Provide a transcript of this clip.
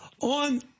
on